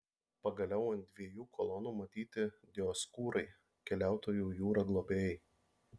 pagaliau ant dviejų kolonų matyti dioskūrai keliautojų jūra globėjai